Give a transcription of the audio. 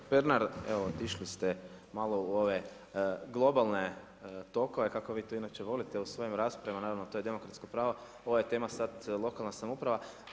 Kolega Pernar, evo otišli ste malo u ove globalne tokove kako vi to inače volite u svojim raspravama, naravno to je demokratsko pravo, ovo je tema sad lokalna samouprava.